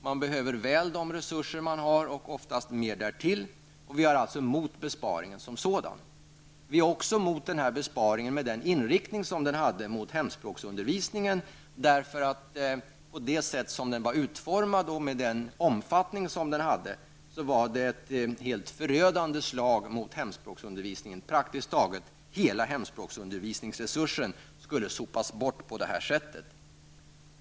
Man behöver väl de resurser man har och oftast mer därtill. Vi är alltså emot besparingen som sådan. Vi är också emot den inriktning som denna besparing har mot hemspråksundervisningen. På det sätt som den är utformad och den omfattning som den har är det ett förödande slag mot hemspråksundervisningen. Praktiskt taget hela hemspråksundervisningsresursen skulle komma att sopas bort på detta sätt.